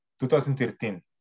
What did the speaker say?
2013